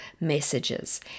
messages